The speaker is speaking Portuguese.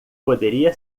poderia